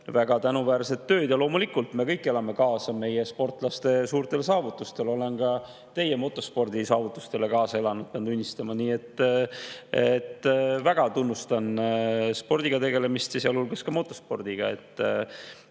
väga tänuväärset tööd. Loomulikult, me kõik elame kaasa meie sportlaste suurtele saavutustele. Olen ka teie motospordisaavutustele kaasa elanud, pean tunnistama. Väga tunnustan spordiga, sealhulgas motospordiga